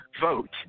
vote